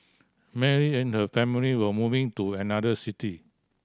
Mary and her family were moving to another city